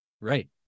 Right